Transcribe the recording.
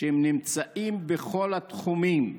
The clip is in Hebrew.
שנמצאים בכל התחומים,